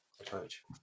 approach